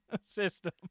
system